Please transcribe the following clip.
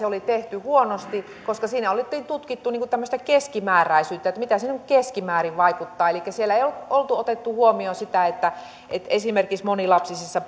oli tehty huonosti koska siinä oltiin tutkittu tämmöistä keskimääräisyyttä että mitä se keskimäärin vaikuttaa elikkä siellä ei oltu otettu huomioon sitä että että esimerkiksi monilapsisissa